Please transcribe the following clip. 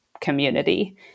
community